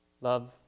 Love